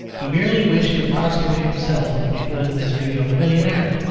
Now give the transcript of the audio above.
he merely wished to prostrate himself before the mystery of a millionaire.